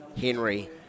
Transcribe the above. Henry